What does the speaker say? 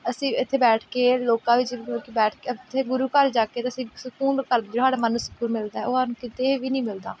ਅਸੀਂ ਇੱਥੇ ਬੈਠ ਕੇ ਲੋਕਾਂ ਵਿੱਚ ਮਤਲਬ ਕਿ ਬੈਠ ਕੇ ਉੱਥੇ ਗੁਰੂ ਘਰ ਜਾ ਕੇ ਅਸੀਂ ਸਕੂਨ ਜਿਹੜਾ ਸਾਡੇ ਮਨ ਨੂੰ ਸਕੂਨ ਮਿਲਦਾ ਹੈ ਉਹ ਸਾਨੂੰ ਕਿਤੇ ਵੀ ਨਹੀਂ ਮਿਲਦਾ